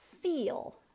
feel